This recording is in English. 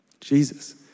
Jesus